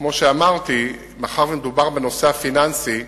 כמו שאמרתי, מאחר שמדובר בנושא הפיננסי,